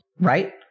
Right